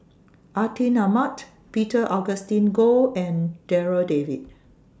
Atin Amat Peter Augustine Goh and Darryl David